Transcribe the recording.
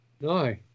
No